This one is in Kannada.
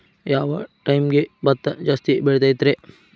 ಯಾವ ಟೈಮ್ಗೆ ಭತ್ತ ಜಾಸ್ತಿ ಬೆಳಿತೈತ್ರೇ?